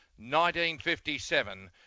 1957